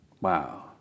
Wow